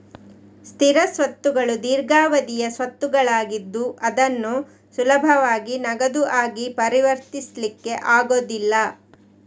ಸ್ಥಿರ ಸ್ವತ್ತುಗಳು ದೀರ್ಘಾವಧಿಯ ಸ್ವತ್ತುಗಳಾಗಿದ್ದು ಅದನ್ನು ಸುಲಭವಾಗಿ ನಗದು ಆಗಿ ಪರಿವರ್ತಿಸ್ಲಿಕ್ಕೆ ಆಗುದಿಲ್ಲ